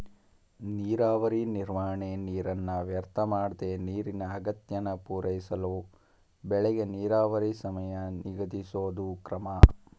ನೀರಾವರಿ ನಿರ್ವಹಣೆ ನೀರನ್ನ ವ್ಯರ್ಥಮಾಡ್ದೆ ನೀರಿನ ಅಗತ್ಯನ ಪೂರೈಸಳು ಬೆಳೆಗೆ ನೀರಾವರಿ ಸಮಯ ನಿಗದಿಸೋದು ಕ್ರಮ